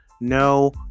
no